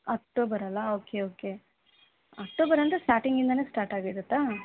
ಅಕ್ಟೋಬರಲ್ಲಾ okay okay October ಅಂದ್ರೆ starting ಇಂದಾನೆ ಸ್ಟಾರ್ಟಾಗಿರುತ್ತಾ